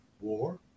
war